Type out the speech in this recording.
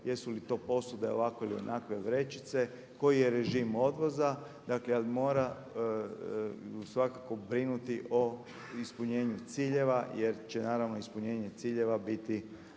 jesu li to posude ovakve ili onakve vrećice, koji je režim odvoza. Dakle, ali mora svakako brinuti o ispunjenju ciljeva jer će naravno ispunjenje ciljeva biti